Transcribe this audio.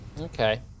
okay